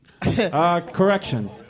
Correction